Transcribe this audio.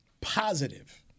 positive